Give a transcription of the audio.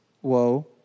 Whoa